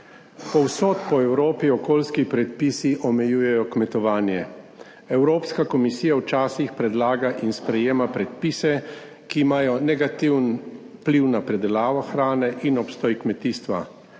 Povsod po Evropi okoljski predpisi omejujejo kmetovanje. Evropska komisija včasih predlaga in sprejema predpise, ki imajo negativen vpliv na predelavo hrane in obstoj kmetijstva.